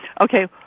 okay